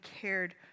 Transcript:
cared